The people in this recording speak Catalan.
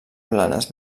blanes